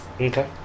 Okay